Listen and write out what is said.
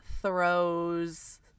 throws